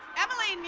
emily